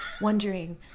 wondering